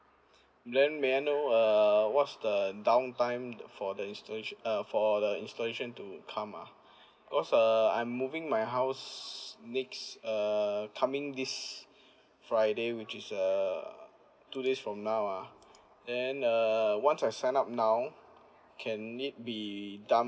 then may I know uh what's the down time the for the installation uh for the installation to come ah cause uh I'm moving my house next uh coming this friday which is uh two days from now ah then uh once I sign up now can it be done